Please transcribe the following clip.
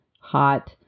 hot